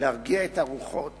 להרגיע את הרוחות